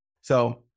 So-